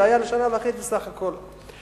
זה היה לשנה וחצי בסך הכול.